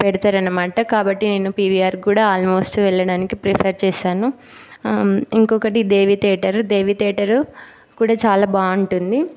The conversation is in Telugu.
పెడతారన్నమాట కాబట్టి నేను పీవీఆర్కి కూడా ఆల్మోస్ట్ వెళ్ళడానికి ప్రిఫర్ చేస్తాను ఇంకొకటి దేవి థియేటరు దేవి థియేటరు కూడా చూడ్డానికి చాలా బాగుంటుంది